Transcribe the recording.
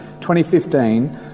2015